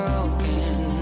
Broken